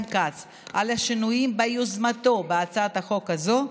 כץ על השינויים ביוזמתו בהצעת החוק הזאת.